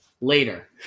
later